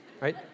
right